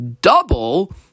double